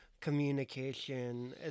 communication